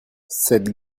cette